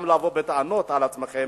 גם לבוא בטענות אל עצמכם,